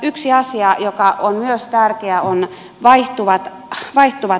yksi asia joka on myös tärkeä on vaihtuvat aikuiset